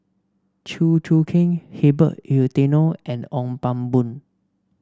Chew Choo Keng Herbert Eleuterio and Ong Pang Boon